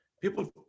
people